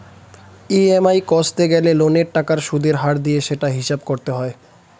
EMI কষতে গেলে লোনের টাকার সুদের হার দিয়ে সেটার হিসাব করতে হয়